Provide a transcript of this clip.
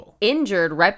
injured